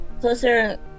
closer